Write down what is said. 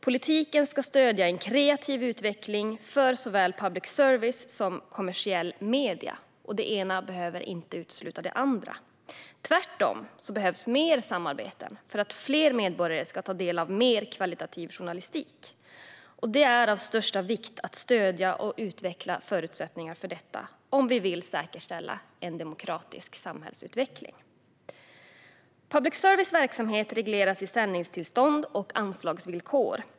Politiken ska stödja en kreativ utveckling för såväl public service som kommersiella medier, och det ena behöver inte utesluta det andra. Tvärtom behövs mer samarbeten för att fler medborgare ska ta del av mer högkvalitativ journalistik. Det är av största vikt att stödja och utveckla förutsättningar för detta om vi vill säkerställa en demokratisk samhällsutveckling. Public services verksamhet regleras i sändningstillstånd och anslagsvillkor.